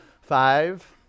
Five